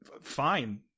fine